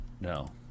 no